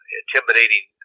intimidating